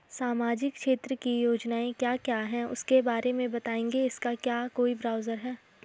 सामाजिक क्षेत्र की योजनाएँ क्या क्या हैं उसके बारे में बताएँगे इसका क्या कोई ब्राउज़र है?